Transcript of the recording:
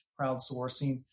crowdsourcing